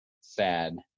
sad